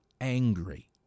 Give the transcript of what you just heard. angry